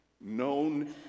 known